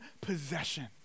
possession